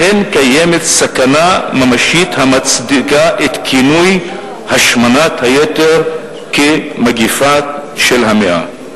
לכן קיימת סכנה ממשית המצדיקה את כינוי השמנת היתר כמגפה של המאה.